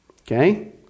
Okay